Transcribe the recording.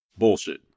bullshit